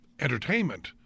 entertainment